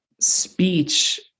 speech